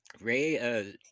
Ray